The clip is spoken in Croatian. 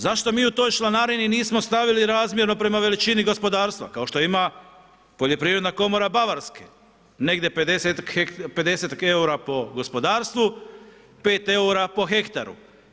Zašto mi u toj članarini nismo stavili razmjerno prema veličini gospodarstva, kao što ima Poljoprivredna komora Bavarske, negdje 50 eura po gospodarstvo, 5 eura po hektaru.